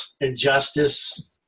Injustice